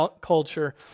culture